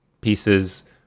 pieces